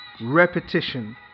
Repetition